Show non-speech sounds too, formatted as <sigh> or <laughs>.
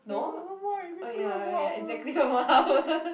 <noise> why is it four hour <laughs>